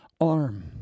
arm